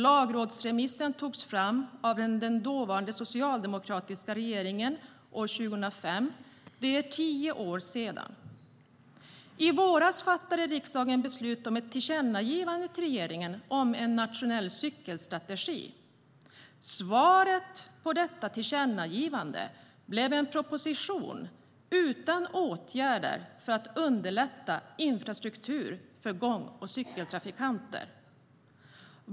Lagrådsremissen togs fram av den dåvarande socialdemokratiska regeringen år 2005. Det är tio år sedan. I våras fattade riksdagen beslut om ett tillkännagivande till regeringen om en nationell cykelstrategi. Svaret på detta tillkännagivande blev en proposition utan åtgärder för att underlätta infrastruktur för gång och cykeltrafikanter.